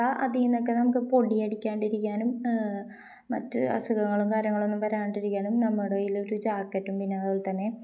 അപ്പോള് അതില് നിന്നൊക്കെ നമുക്ക് പൊടിയടിക്കാതിരിക്കാനും മറ്റ് അസുഖങ്ങളും കാര്യങ്ങളുമൊന്നും വരാതിരിക്കാനും നമ്മുടെ കയ്യിലൊരു ജാക്കറ്റും പിന്നെ അതുപോലെ തന്നെ